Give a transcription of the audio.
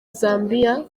zambiya